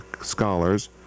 scholars